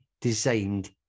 designed